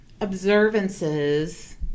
observances